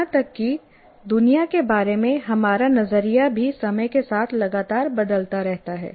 यहां तक कि दुनिया के बारे में हमारा नजरिया भी समय के साथ लगातार बदलता रहता है